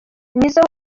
nizzo